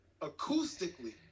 acoustically